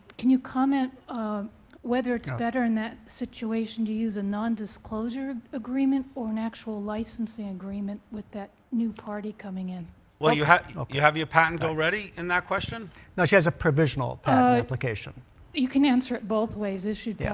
can you comment whether it's better in that situation to use a nondisclosure agreement or an actual licensing agreement with that new party coming in well you have you have your patent already in that question now she has a provisional application you can answer it both ways as you do